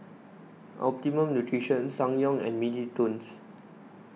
Optimum Nutrition Ssangyong and Mini Toons